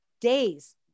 days